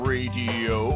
Radio